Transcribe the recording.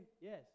yes